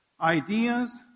Ideas